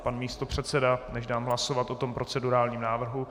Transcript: Pan místopředseda, než dám hlasovat o procedurálním návrhu.